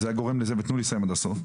גוש אחד קיבל יותר והיה באופוזיציה.